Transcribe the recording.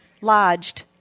lodged